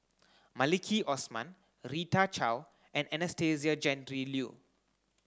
Maliki Osman Rita Chao and Anastasia Tjendri Liew